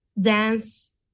Dance